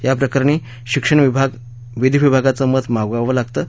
याप्रकरणी शिक्षण विभाग विधी विभागाचं मत मागवावं लागतं